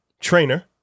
trainer